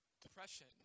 depression